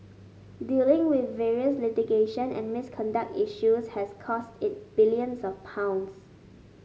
dealing with various litigation and misconduct issues has cost it billions of pounds